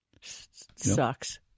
sucks